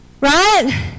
Right